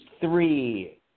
three